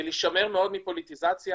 ולהישמר מאוד מפוליטיזציה.